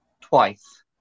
twice